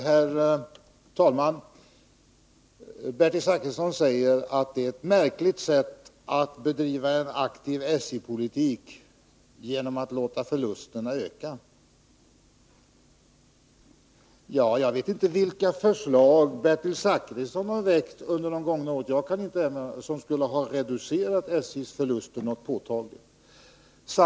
Herr talman! Bertil Zachrisson säger att det är ett märkligt sätt att bedriva en aktiv SJ-politik att låta förlusterna öka. Jag vet inte vilka förslag Bertil Zachrisson väckt under de gångna åren som skulle ha reducerat SJ:s förluster påtagligt, jag kan inte erinra mig några.